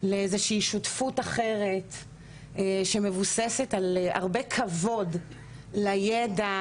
לאיזושהי שותפות אחרת שמבוססת על הרבה כבוד לידע